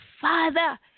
father